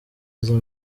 izo